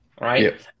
right